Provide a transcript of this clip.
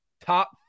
top